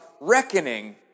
reckoning